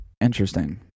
Interesting